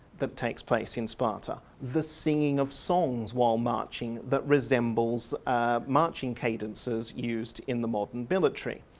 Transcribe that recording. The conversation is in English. that takes place in sparta, the singing of songs while marching that resembles marching cadences used in the modern military,